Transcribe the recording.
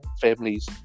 families